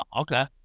Okay